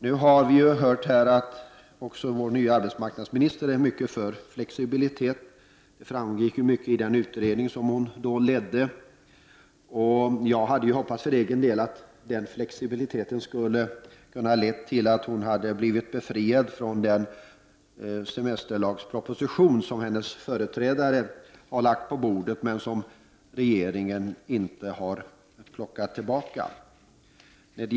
Nu har vi hört här att även vår nya arbetsmarknadsminister är mycket för flexibilitet. Det framgick mycket i den utredning som hon ledde. För egen del hade jag hoppats att den flexibiliteten skulle kunna leda till att hon skulle ha blivit befriad från den semesterlagsproposition som hennes företrädare lagt på bordet, men som regeringen inte har dragit tillbaka.